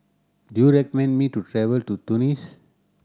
do you recommend me to travel to Tunis